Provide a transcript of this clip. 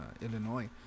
Illinois